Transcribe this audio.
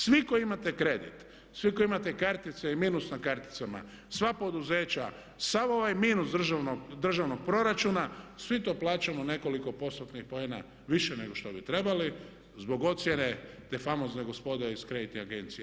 Svi koji imate kredit, svi koji imate kartice i minus na karticama, sva poduzeća sav ovaj minus državnog proračuna svi to plaćamo nekoliko postotnih poena više nego što bi trebali zbog ocjene te famozne gospode iz kreditnih agencija.